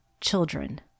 children